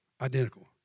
Identical